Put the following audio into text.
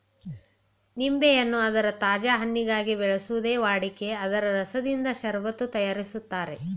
ನಿಂಬೆಯನ್ನು ಅದರ ತಾಜಾ ಹಣ್ಣಿಗಾಗಿ ಬೆಳೆಸೋದೇ ವಾಡಿಕೆ ಇದ್ರ ರಸದಿಂದ ಷರಬತ್ತು ತಯಾರಿಸ್ತಾರೆ